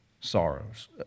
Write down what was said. sorrows